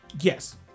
Yes